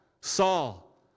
Saul